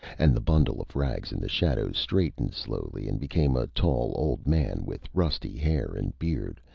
and the bundle of rags in the shadows straightened slowly and became a tall old man with rusty hair and beard,